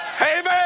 Amen